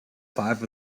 five